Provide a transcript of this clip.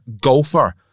golfer